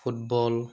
football